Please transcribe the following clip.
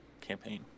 campaign